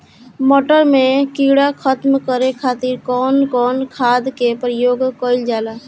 मटर में कीड़ा खत्म करे खातीर कउन कउन खाद के प्रयोग कईल जाला?